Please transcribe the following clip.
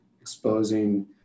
exposing